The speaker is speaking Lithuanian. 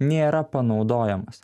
nėra panaudojamas